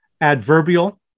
adverbial